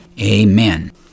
Amen